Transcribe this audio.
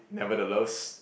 nevertheless